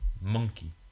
Monkey